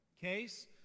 Case